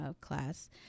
class